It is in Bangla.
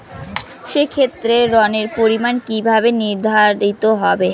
সে ক্ষেত্রে ঋণের পরিমাণ কিভাবে নির্ধারিত হবে?